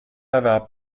erwarb